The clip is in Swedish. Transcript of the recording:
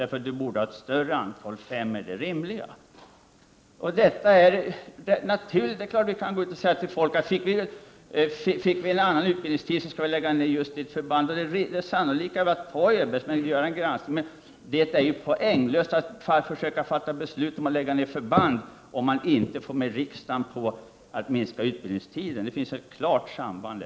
Det borde ha varit ett större antal — fem är det rimliga. Naturligtvis kan vi gå ut och säga till folk: Fick vi en annan utbildningstid skulle vi lägga ned just ert förband. Det sannolika är att man bör göra en granskning. Det är poänglöst att försöka fatta beslut om att lägga ned förband om man inte får riksdagen med på att förkorta utbildningstiden, för där finns ett klart samband.